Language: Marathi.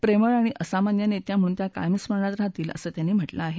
प्रेमळ आणि असामान्य नेत्या म्हणून त्या कायम स्मरणात राहतील असं त्यांनी म्हटलं आहे